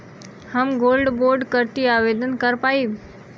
हम gold bond करती आवेदन कर पाईब?